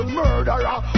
murderer